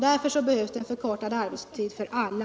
Därför behövs en förkortad arbetstid för alla.